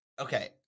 okay